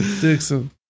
Dixon